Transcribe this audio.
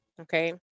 okay